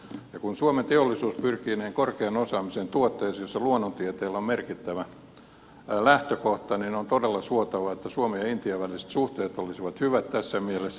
ja kun suomen teollisuus pyrkii niin korkean osaamisen tuotteisiin jossa luonnontieteellä on merkittävä lähtökohta niin on todella suotavaa että suomen ja intian väliset suhteet olisivat hyvät tässä mielessä